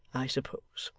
i suppose.